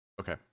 okay